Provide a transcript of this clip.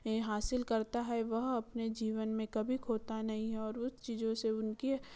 हासिल करता है वह अपने जीवन में कभी खोता नहीं है और उस चीज़ों से उनकी